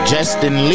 Justin